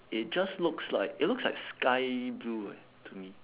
it just looks like it looks like sky blue eh to me